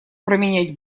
променять